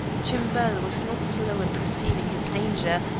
tumbel was not slow in perceiving his danger,